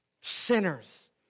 sinners